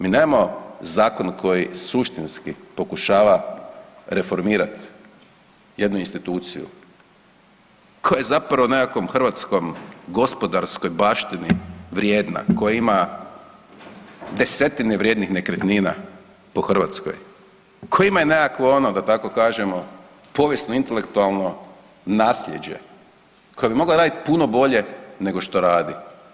Mi nemamo zakon koji suštinski pokušava reformirat jednu instituciju koja je nekakvoj hrvatskoj gospodarskoj baštini vrijedna, koja ima desetine vrijednih nekretnina po Hrvatskoj, koja ima i nekakvo ono da tako kažemo, povijesno-intelektualno nasljeđe koja bi mogla raditi puno bolje nego što radi.